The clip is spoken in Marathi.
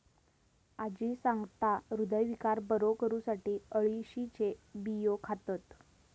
आजी सांगता, हृदयविकार बरो करुसाठी अळशीचे बियो खातत